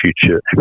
future